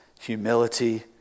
humility